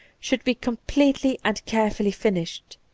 should be completely and carefully finished.